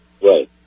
Right